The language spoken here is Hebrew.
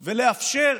לאפשר.